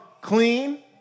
clean